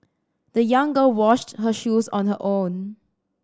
the young girl washed her shoes on her own